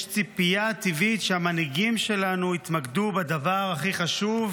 יש ציפייה טבעית שהמנהיגים שלנו יתמקדו בדבר הכי חשוב,